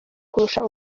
kurusha